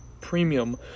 premium